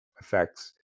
effects